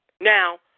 Now